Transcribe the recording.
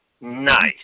Nice